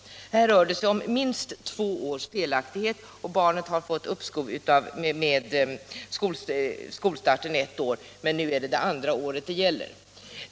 Här rör det sig om minst två års felaktighet. Barnet har fått uppskov med skolstarten ett år, men nu är det det andra året det gäller.